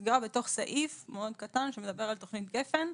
נסגר בתוך סעיף מאוד קטן שמדבר על תוכנית גפ"ן,